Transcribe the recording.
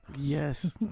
Yes